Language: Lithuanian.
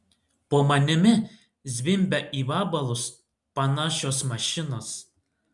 po manimi zvimbia į vabalus panašios mašinos